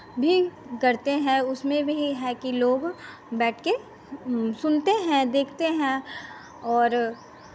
भी करते हैं उसमें भी है कि लोग बैठ के सुनते हैं देखते हैं और